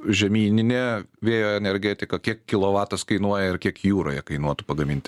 žemyninė vėjo energetika kiek kilovatas kainuoja ir kiek jūroje kainuotų pagaminti